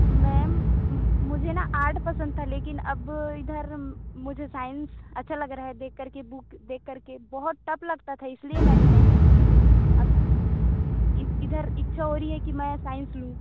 ma'am मुझे न art पसंद था लेकिन अब इधर मुझे साइंस अच्छा लग रहा है देख कर के बुक देख कर के बहुत टफ लगता था इसलिए मैंने नहीं ली थी अब इधर इच्छा हो रही है कि मैं साइंस लूँ